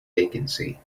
vacancy